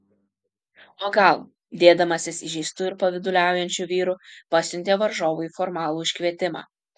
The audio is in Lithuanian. o gal dėdamasis įžeistu ir pavyduliaujančiu vyru pasiuntė varžovui formalų iškvietimą